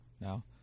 now